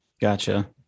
Gotcha